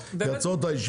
לעצור את הישיבה?